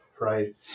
right